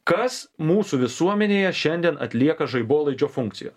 kas mūsų visuomenėje šiandien atlieka žaibolaidžio funkciją